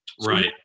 right